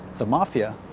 the mafia,